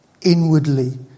inwardly